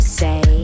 say